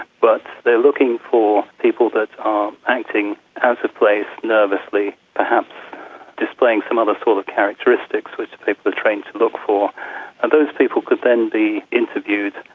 but they are looking for people that are um acting out of place, nervously, perhaps displaying some other sort of characteristics which people trained to look for. and those people could then be interviewed,